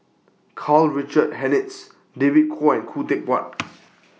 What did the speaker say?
Karl Richard Hanitsch David Kwo and Khoo Teck Puat